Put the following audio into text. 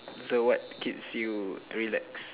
so what keeps you relax